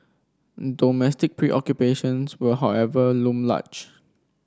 domestic preoccupations will however loom large